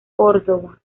córdova